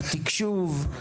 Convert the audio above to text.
התקשוב,